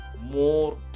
more